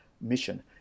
mission